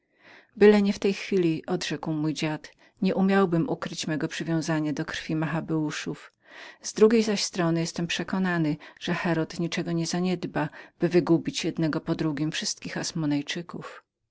aby nie w tej chwili odrzekł mój dziad nie umiałbym ukryć mego przywiązania do krwi machabeuszów z drugiej zaś strony jestem przekonany że herod niczego nie zaniedba do wygubienia jednego po drugim wszystkich